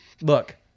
look